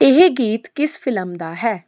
ਇਹ ਗੀਤ ਕਿਸ ਫਿਲਮ ਦਾ ਹੈ